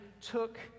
took